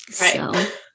Right